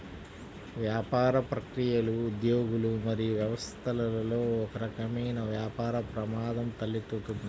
వ్యాపార ప్రక్రియలు, ఉద్యోగులు మరియు వ్యవస్థలలో ఒకరకమైన వ్యాపార ప్రమాదం తలెత్తుతుంది